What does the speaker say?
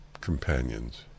companions